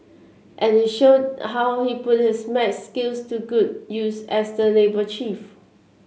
and he showed how he put his maths skills to good use as the labour chief